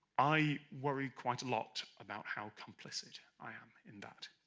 i worry quite a lot about how complicit i am in that